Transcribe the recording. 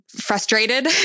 frustrated